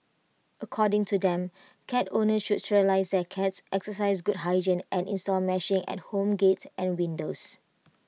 according to them cat owners should sterilise their cats exercise good hygiene and install meshing on home gates and windows